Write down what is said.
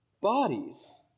bodies